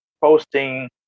posting